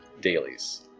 dailies